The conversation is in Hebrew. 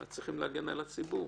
צריך להגן על הציבור,